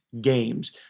games